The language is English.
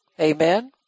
Amen